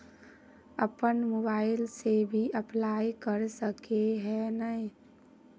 अपन मोबाईल से भी अप्लाई कर सके है नय?